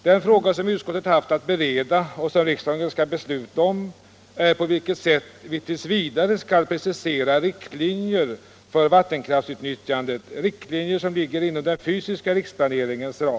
Den fråga som utskottet haft att bereda och som riksdagen skall besluta om är på vilket sätt vi tills vidare skall precisera riktlinjer för vattenkraftsutnyttjandet, riktlinjer som ligger inom den fysiska riksplaneringens ram.